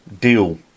deal